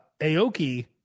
Aoki